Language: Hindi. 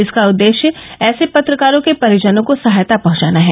इसका उद्देश्य ऐसे पत्रकारों के परिजनों को सहायता पहुंचाना है